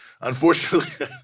Unfortunately